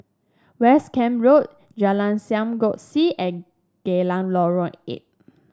West Camp Road Jalan Sam Kongsi and Geylang Lorong Eight